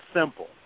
simple